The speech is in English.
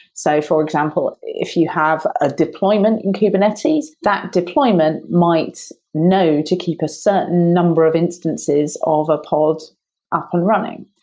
so for example, if you have a deployment in kubernetes, that deployment might know to keep a certain number of instances of a pod up and running,